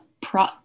pro